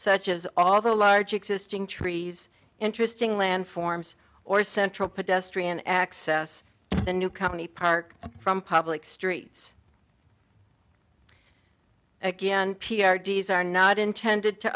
such as all the large existing trees interesting landforms or central pedestrian access to the new company park from public streets again p r d's are not intended to